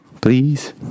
Please